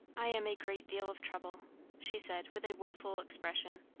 i am a great deal of trouble she said with a woful expression.